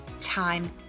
time